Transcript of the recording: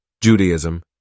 Judaism